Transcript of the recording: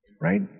Right